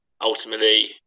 ultimately